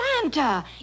Santa